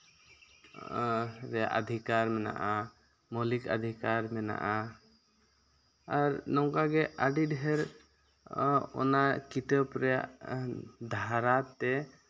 ᱨᱮᱭᱟᱜ ᱚᱫᱷᱤᱠᱟᱨ ᱢᱮᱱᱟᱜᱼᱟ ᱢᱳᱹᱞᱤᱠ ᱚᱷᱤᱠᱟᱨ ᱢᱮᱱᱟᱜᱼᱟ ᱟᱨ ᱱᱚᱝᱠᱟ ᱜᱮ ᱟᱹᱰᱤ ᱰᱷᱮᱨ ᱚᱱᱟ ᱠᱤᱛᱟᱹᱵ ᱨᱮᱭᱟᱜ ᱫᱷᱟᱨᱟᱛᱮ